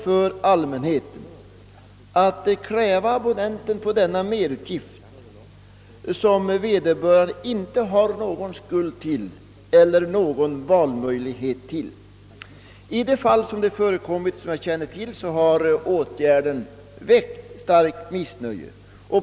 Man kräver alltså abonnenten på en merutgift som vederbörande inte har någon skuld till, eftersom vederbörande inte har någon valmöjlighet. I de fall jag känner till har åtgärden väckt starkt missnöje.